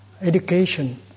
education